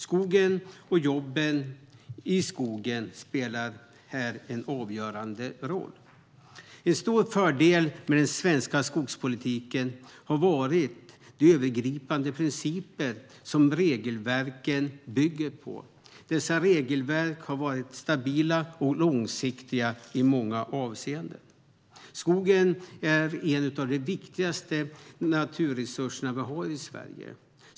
Skogen och jobben i skogen spelar här en avgörande roll. En stor fördel med den svenska skogspolitiken har varit de övergripande principer som regelverken bygger på. Dessa regelverk har varit stabila och långsiktiga i många avseenden. Skogen är en av de viktigaste naturresurser vi har i Sverige.